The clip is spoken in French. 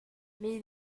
mais